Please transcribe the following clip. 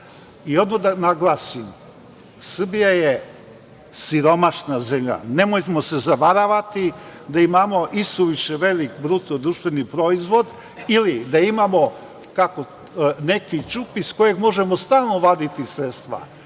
Odmah da naglasim, Srbija je siromašna zemlja, nemojmo se zavaravati da imamo isuviše veliki BDP ili da imamo neki ćup iz kojeg možemo stalno vaditi sredstva.